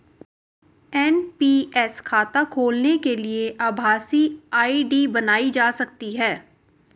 NPS खाता खोलने के लिए आभासी आई.डी बनाई जा सकती है